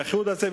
האיחוד הזה,